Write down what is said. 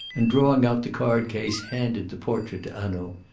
and, drawing out the card-case, handed the portrait to hanaud.